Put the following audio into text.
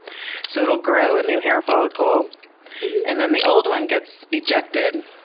so, it'll grow a new hair follicle and then the old one gets ejected.